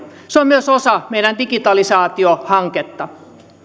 se on myös osa meidän digitalisaatiohankettamme